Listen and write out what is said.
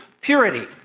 purity